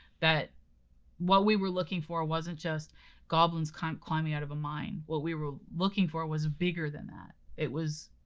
that what we were looking for wasn't just goblins kind of climbing out of a mine, what we were looking for was bigger than that. it was,